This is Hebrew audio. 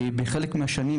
בחלק מהשנים,